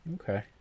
Okay